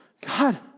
God